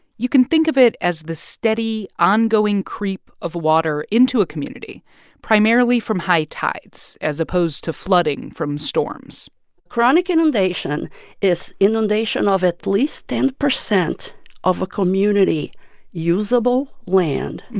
you can think of it as the steady, ongoing creep of water into a community primarily from high tides as opposed to flooding from storms chronic inundation is inundation of at least ten and percent of a community usable land